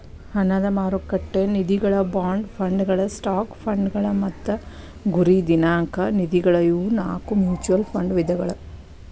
ಹಣದ ಮಾರುಕಟ್ಟೆ ನಿಧಿಗಳ ಬಾಂಡ್ ಫಂಡ್ಗಳ ಸ್ಟಾಕ್ ಫಂಡ್ಗಳ ಮತ್ತ ಗುರಿ ದಿನಾಂಕ ನಿಧಿಗಳ ಇವು ನಾಕು ಮ್ಯೂಚುಯಲ್ ಫಂಡ್ ವಿಧಗಳ